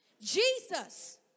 Jesus